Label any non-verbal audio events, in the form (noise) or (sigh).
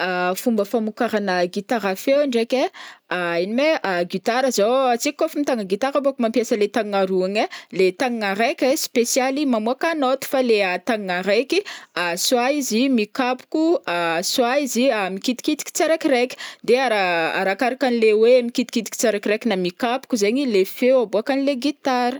(hesitation) Fomba famokarana gitara fo ndraiky ai (hesitation) ino ma e gitara zao antsika kaofa mitagna gitara bôko mampiasa le tagnagna roa igny ai le tagnagna araiky ai spesialy mamoaka note fa le tagnagna araiky (hesitation) soit izy mikapoko (hesitation) soit izy (hesitation) mikitikitiky tsaraikiraiky de ara- arakaraka anle hoe mikitikitiky tsy araikiraiky na mikapoko zegny le feo aboakanle gitara.